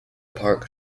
park